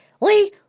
Lee